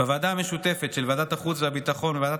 בוועדה המשותפת של ועדת החוץ והביטחון וועדת